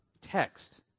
text